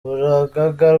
urugaga